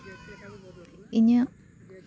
ᱤᱧᱟᱹᱜ